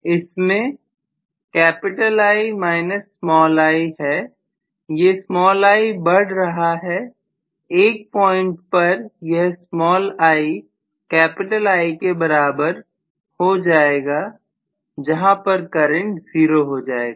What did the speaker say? इसमें I i है ये स्मॉल i बढ़ रहा है 1 पॉइंट पर यह स्मॉल i कैपिटल I के बराबर हो जाएगा जहां पर करंट 0 हो जाएगा